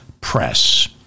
press